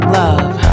love